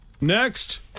next